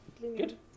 Good